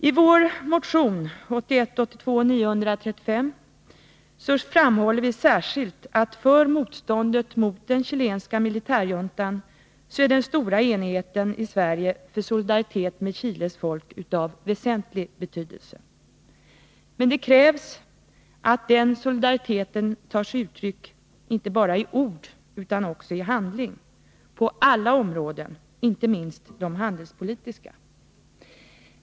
I vår motion 1981/82:935 framhåller vi särskilt att för motståndet mot den chilenska militärjuntan är den stora enigheten i Sverige för solidaritet med Chiles folk av väsentlig betydelse. Men det krävs att den solidariteten tar sig uttryck inte bara i ord utan också i handling — på alla områden, inte minst de handelspolitiska.